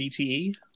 BTE